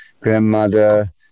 grandmother